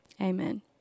Amen